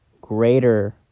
greater